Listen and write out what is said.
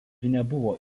nebuvo